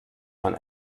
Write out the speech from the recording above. von